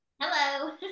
Hello